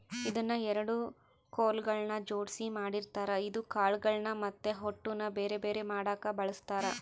ಇದನ್ನ ಎರಡು ಕೊಲುಗಳ್ನ ಜೊಡ್ಸಿ ಮಾಡಿರ್ತಾರ ಇದು ಕಾಳುಗಳ್ನ ಮತ್ತೆ ಹೊಟ್ಟುನ ಬೆರೆ ಬೆರೆ ಮಾಡಕ ಬಳಸ್ತಾರ